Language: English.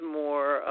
more